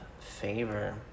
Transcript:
favor